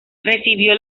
recibió